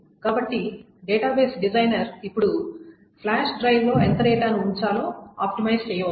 కాబట్టి database designer ఇప్పుడు flash డ్రైవ్లో ఎంత డేటాను ఉంచాలో ఆప్టిమైజ్ చేయవచ్చు